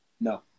No